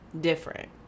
different